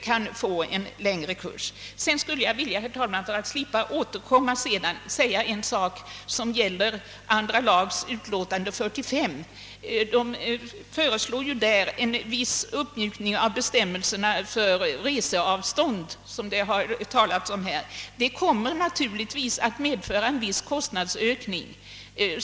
För att slippa återkomma i talarstolen vill jag sedan också nämna om en sak som rör andra lagutskottets utlåtande nr 45. Där föreslås en viss uppmjukning av bestämmelserna rörande reseavstånd, som naturligtvis kommer att medföra en viss kostnadsökning.